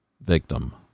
Victim